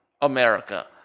America